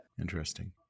interesting